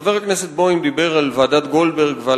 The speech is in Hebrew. חבר הכנסת בוים דיבר על ועדת-גולדברג ועל